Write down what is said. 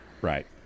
right